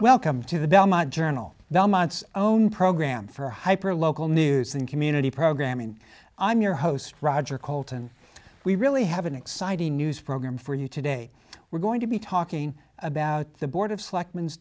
welcome to the belmont journal belmont's own program for hyper local news and community programming i'm your host roger coulton we really have an exciting news program for you today we're going to be talking about the board of selectmen